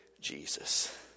Jesus